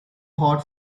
hot